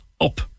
up